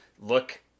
look